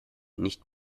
nicht